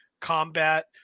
combat